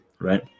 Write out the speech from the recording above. right